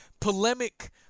polemic